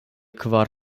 kvar